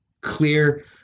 clear